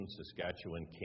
Saskatchewan